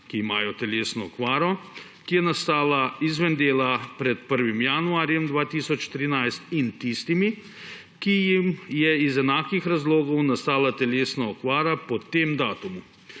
ki imajo telesno okvaro, ki je nastala izven dela pred 1. januarjem 2013, in tistimi, ki jim je iz enakih razlogov nastala telesna okvara po tem datumu.